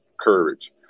courage